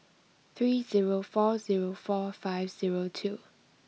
three zero four zero four five zero two